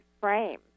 frame